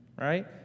right